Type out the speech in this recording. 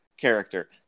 character